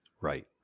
Right